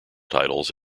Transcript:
titles